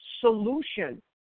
solution